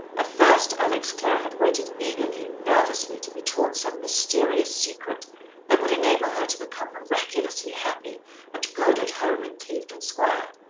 at first, alex clare had waited eagerly and nervously to be taught some mysterious secret that would enable her to become miraculously happy and good at home in clevedon square.